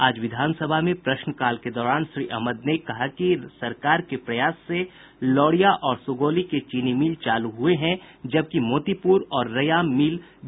आज विधानसभा में प्रश्नकाल के दौरान श्री अहमद ने कहा कि सरकार के प्रयास से लौरिया और सुगौली के चीन मिल चालू हुए हैं जबकि मोतीपुर और रैयाम मिल जल्द चालू होने वाले हैं